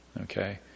okay